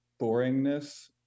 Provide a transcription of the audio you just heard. boringness